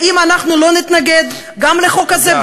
אם אנחנו לא נתנגד גם לחוק הזה,